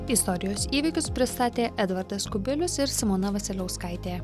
istorijos įvykius pristatė edvardas kubilius ir simona vasiliauskaitė